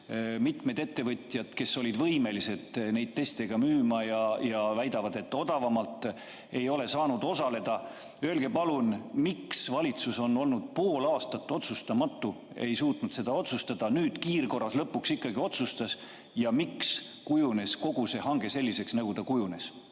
Mitmed ettevõtjad, kes olid võimelised neid teste müüma, väidavad, et odavamalt ei ole saanud osaleda. Öelge palun, miks valitsus oli pool aastat otsustamatu, ei suutnud seda otsustada, nüüd kiirkorras lõpuks ikkagi otsustas. Ja miks kujunes kogu see hange selliseks, nagu ta kujunes?